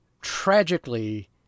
tragically